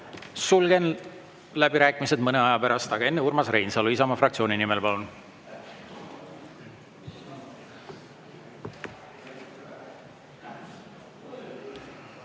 Sulgen läbirääkimised mõne aja pärast, aga enne Urmas Reinsalu Isamaa fraktsiooni nimel, palun!